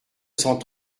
cent